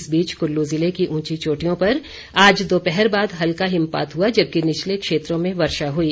इस बीच कुल्लू ज़िले की ऊंची चोटियों पर आज दोपहर बाद हल्का हिमपात हुआ जबकि निचले क्षेत्रों में वर्षा हुई